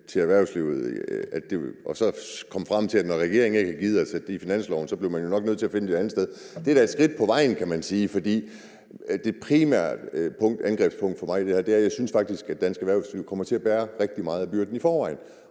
til erhvervslivet, og så kom frem til, at når regeringen ikke har gidet at sætte det på finansloven, bliver man nok nødt til at finde det et andet sted, er da et skridt på vejen, kan man sige. For det primære angrebspunkt for mig er, at jeg faktisk synes, at dansk erhvervsliv kommer til at bære rigtig meget af byrden i forvejen,